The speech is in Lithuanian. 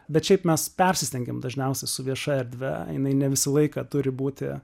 bet šiaip mes persistengiam dažniausiai su vieša erdve jinai ne visą laiką turi būti